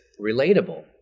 relatable